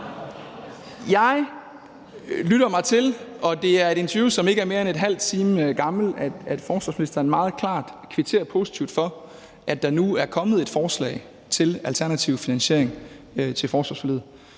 Jeg lytter mig til – og det er et interview, der ikke er mere end en halv time gammelt – at forsvarsministeren meget klart kvitterer positivt for, at der nu er kommet et forslag til en alternativ finansiering af forsvarsforliget.